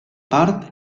part